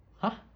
!huh!